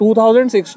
2016